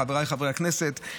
חבריי חברי הכנסת,